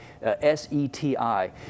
S-E-T-I